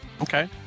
Okay